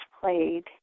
played